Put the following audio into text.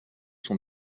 sont